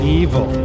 evil